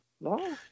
No